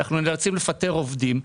אנו נאלצים לפטר עוסקים.